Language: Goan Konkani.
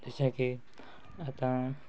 जशें की आतां